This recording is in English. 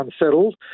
unsettled